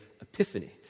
epiphany